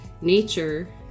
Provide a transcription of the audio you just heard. nature